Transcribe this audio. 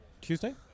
Tuesday